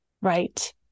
Right